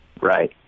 right